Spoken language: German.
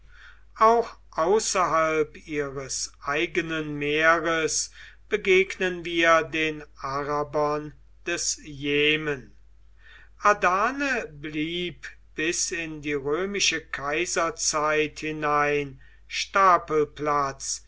auch außerhalb ihres eigenen meeres begegnen wir den arabern des jemen adane blieb bis in die römische kaiserzeit hinein